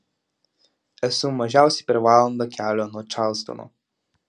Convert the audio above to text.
esu mažiausiai per valandą kelio nuo čarlstono